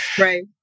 Right